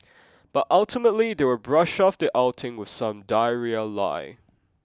but ultimately they will brush off the outing with some diarrhea lie